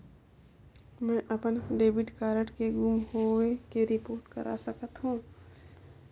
मैं अपन debit card के गुम होवे के रिपोर्ट करा चाहत हों